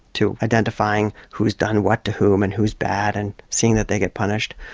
to identifying who's done what to whom and who's bad and seeing that they get punished.